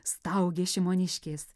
staugė šimoniškės